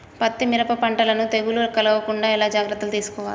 పత్తి మిరప పంటలను తెగులు కలగకుండా ఎలా జాగ్రత్తలు తీసుకోవాలి?